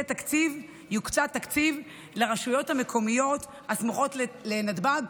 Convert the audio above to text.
תקציב לרשויות המקומיות הסמוכות לנתב"ג,